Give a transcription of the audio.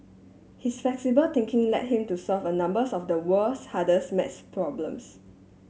his flexible thinking led him to solve a numbers of the world's hardest maths problems